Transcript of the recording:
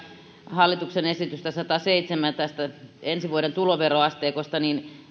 hallituksen esitystä sataseitsemän ensi vuoden tuloveroasteikosta